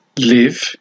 Live